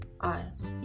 eyes